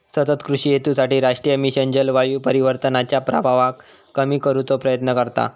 सतत कृषि हेतूसाठी राष्ट्रीय मिशन जलवायू परिवर्तनाच्या प्रभावाक कमी करुचो प्रयत्न करता